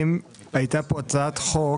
הייתה פה הצעת חוק